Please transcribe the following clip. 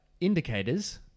Indicators